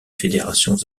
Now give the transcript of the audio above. fédérations